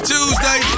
Tuesday